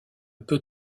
peut